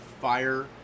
fire